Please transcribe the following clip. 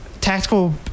Tactical